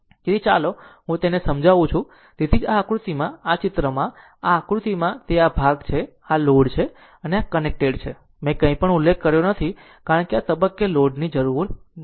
તેથી તેથી જ ચાલો હું તેને સમજાવું તેથી જ આ આકૃતિમાં આ ચિત્રમાં કે આ આકૃતિમાં તે આ ભાગ છે કે આ લોડ છે અને આ કનેક્ટેડ છે મેં કંઈપણ ઉલ્લેખ કર્યો નથી કારણ કે આ તબક્કે લોડને જરૂરી નથી